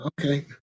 Okay